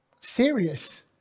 Serious